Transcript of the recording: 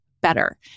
better